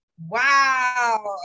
wow